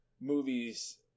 movies